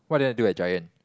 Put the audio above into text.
what do I do at Giant